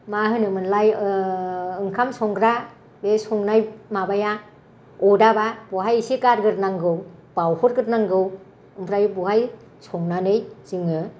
मा होनोमोनलाय ओंखाम संग्रा बे संनाय माबाया अरदाबा बेवहाय एसे गारग्रोनांगौ बावहरग्रोनांगौ ओमफ्राय बेवहाय संनानै जोङो